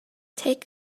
take